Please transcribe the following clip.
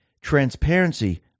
Transparency